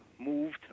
moved